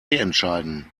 entscheiden